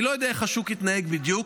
אני לא יודע איך השוק יתנהג בדיוק,